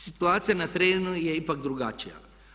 Situacija na terenu je ipak drugačija.